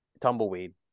Tumbleweed